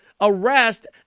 arrest